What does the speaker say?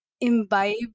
imbibe